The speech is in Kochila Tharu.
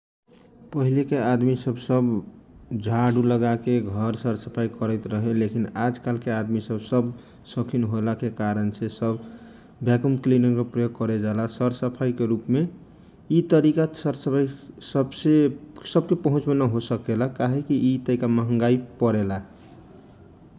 पहिला के आदमी सब झाडु लगा के घर सर सफाई करहित रहे लेखिन आजकाल के आदमी सब सौखिन होयला के करण छे प्राय जैन भयाकुम किलनर सरसफाई के लागी प्रयोग कयल जाला यि साधन सबके घरमे न हो सकेला काहे की यि तहका महंग होवेला उहेसे यि कौनो कोनो आदमी सब प्रयोग क यल जाला ।